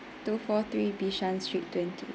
two four three bishan street twenty